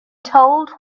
told